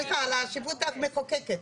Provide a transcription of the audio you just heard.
סליחה, על הרשות המחוקקת.